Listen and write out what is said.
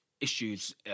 issues